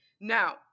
Now